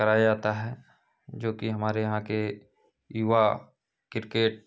कराया जाता है जोकि हमारे यहाँ के युवा क्रिकेट